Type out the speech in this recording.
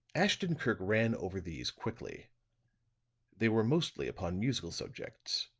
ashton-kirk ran over these quickly they were mostly upon musical subjects,